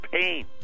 pain